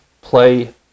play